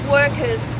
workers